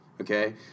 Okay